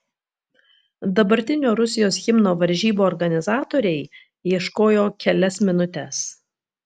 dabartinio rusijos himno varžybų organizatoriai ieškojo kelias minutes